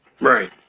Right